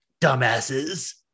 dumbasses